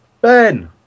Ben